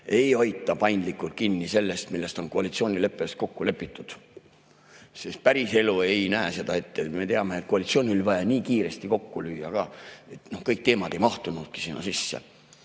ega hoita [kramplikult] kinni sellest, milles on koalitsioonileppes kokku lepitud. Päriselu ei näe seda ette. Me teame, et koalitsioonilepe oli vaja ka kiiresti kokku lüüa ja kõik teemad ei mahtunudki sinna sisse.